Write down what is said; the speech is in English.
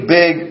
big